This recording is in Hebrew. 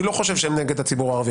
אני לא חושב שהם נגד הציבור הערבי,